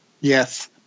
Yes